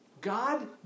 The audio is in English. God